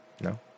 No